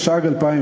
התשע"ג 2013,